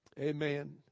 Amen